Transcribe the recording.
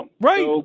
right